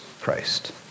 Christ